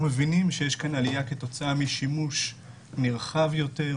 אנחנו מבינים שיש כאן עלייה כתוצאה משימוש נרחב יותר,